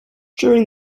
during